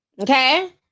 okay